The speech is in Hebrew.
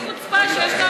באמת חוצפה שיש,